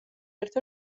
ერთ